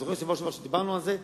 אני זוכר שבשבוע שעבר דיברנו על זה,